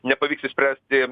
nepavyks išspręsti